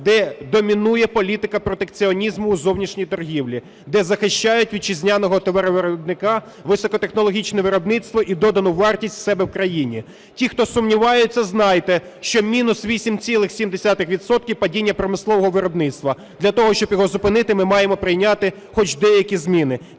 де домінує політика протекціонізму зовнішньої торгівлі, де захищають вітчизняного товаровиробника, високотехнологічне виробництво і додану вартість у себе в країні. Ті, хто сумнівається, знайте, що мінус 8,7 відсотки падіння промислового виробництва. Для того, щоб його зупинити, ми маємо прийняти хоч деякі зміни.